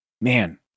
man